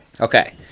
Okay